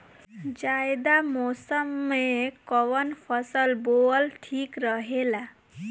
जायद मौसम में कउन फसल बोअल ठीक रहेला?